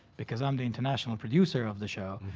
because i'm the international producer of the show.